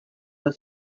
the